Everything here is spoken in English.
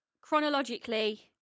chronologically